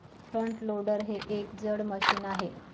front loader हे एक जड मशीन आहे